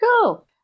cool